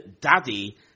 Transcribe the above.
Daddy